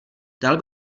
dal